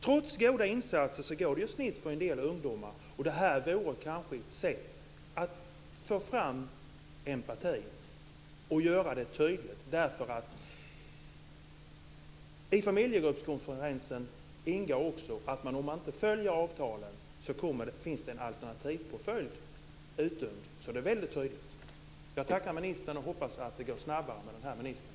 Trots goda insatser går det snett för en del ungdomar. Det här vore kanske ett sätt att få fram empati och göra det tydligt. I familjegruppskonferensen ingår också att om man inte följer avtalen finns det en alternativpåföljd utdömd, så det är väldigt tydligt. Jag tackar ministern och hoppas att det går snabbare med den här ministern.